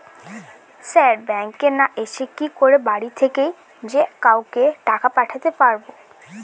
Sir ব্যাঙ্কে না এসে কি করে বাড়ি থেকেই যে কাউকে টাকা পাঠাতে পারবো?